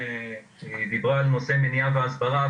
שדיברה על נושא מניעה והסברה.